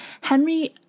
Henry